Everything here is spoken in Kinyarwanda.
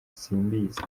simbizi